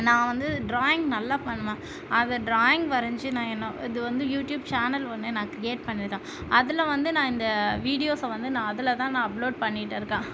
நான் வந்து ட்ராயிங் நல்லா பண்ணுவேன் அதை டிராயிங் வரைஞ்சி நான் என்ன அது வந்து யூடியூப் சேனல் ஒன்று நான் கிரியேட் பண்ணியிருக்கேன் அதில் வந்து நான் இந்த வீடியோஸ்சை வந்து நான் அதில் தான் அப்லோட் பண்ணிகிட்டு இருக்கேன்